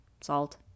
salt